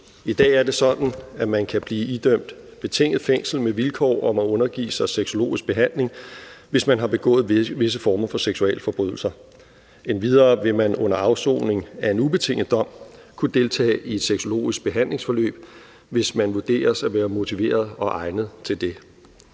I dag er det sådan, at man kan blive idømt betinget fængsel med vilkår om at undergive sig sexologisk behandling, hvis man har begået visse former for seksualforbrydelser. Endvidere vil man under afsoning af en ubetinget dom kunne deltage i et sexologisk behandlingsforløb, hvis man vurderes at være motiveret og egnet til det.